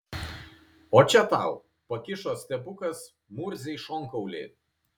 o čia tau pakišo stepukas murzei šonkaulį